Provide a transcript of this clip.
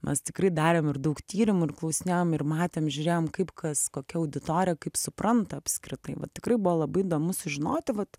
mes tikrai darėm ir daug tyrimų ir klausinėjom ir matėm žiūrėjom kaip kas kokia auditorija kaip supranta apskritai va tikrai buvo labai įdomu sužinoti vat